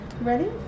Ready